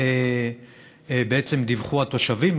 בעצם דיווחו התושבים,